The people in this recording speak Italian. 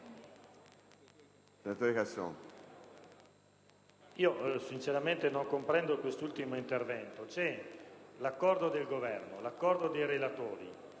Sinceramente, non comprendo quest'ultimo intervento. C'è l'accordo del Governo, del relatore